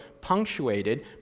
punctuated